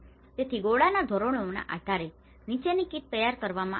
તેથી ગોળાના ધોરણોના આધારે નીચેની કીટ તૈયાર કરવામાં આવી છે